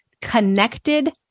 connected